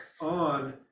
on